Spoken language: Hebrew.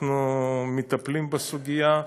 אנחנו מטפלים בסוגיה,